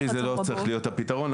מר"י לא צריך להיות הפיתרון,